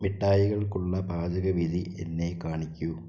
മിഠായികൾക്കുള്ള പാചക വിധി എന്നെ കാണിക്കൂ